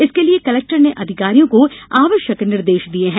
इसके लिए कलेक्टर ने अधिकारियों को आवश्यक निर्देश दिये हैं